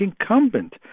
incumbent